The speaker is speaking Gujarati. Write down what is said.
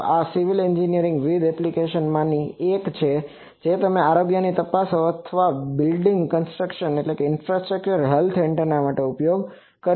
તો આ સિવિલ એન્જિનિયરિંગની વિવિધ એપ્લિકેશનોમાંની એક છે જેમ કે આરોગ્ય તપાસ અથવા વિવિધ બિલ્ડિંગ્સ ઇન્ફ્રાસ્ટ્રક્ચર હેલ્થ આ એન્ટેનાનો ઉપયોગ થાય છે